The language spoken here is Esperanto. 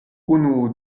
unu